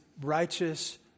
righteous